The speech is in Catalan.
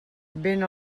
vent